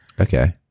Okay